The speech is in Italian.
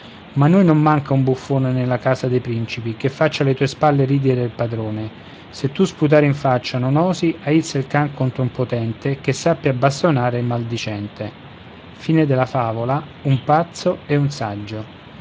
mai non manca un buffone nella casa dei principi che faccia alle tue spalle ridere il padrone se tu sputare in faccia non osi aizza il can contro un potente che sappia bastonare il maldicente a e e e